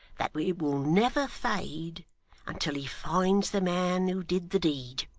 that it will never fade until he finds the man who did the deed